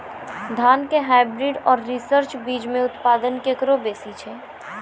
धान के हाईब्रीड और रिसर्च बीज मे उत्पादन केकरो बेसी छै?